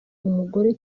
umugore